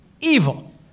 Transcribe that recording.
evil